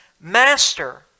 Master